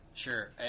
Sure